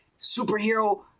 superhero